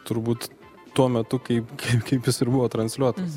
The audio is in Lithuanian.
turbūt tuo metu kaip kaip kaip jis ir buvo transliuotas